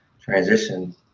transition